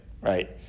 Right